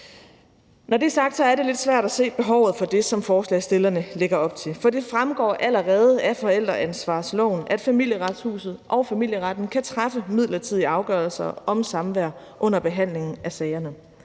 Når det er sagt, er det lidt svært at se behovet for det, som forslagsstillerne lægger op til, for det fremgår allerede af forældreansvarsloven, at Familieretshuset og familieretten kan træffe midlertidige afgørelser om samvær under behandlingen af sagerne.